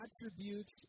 attributes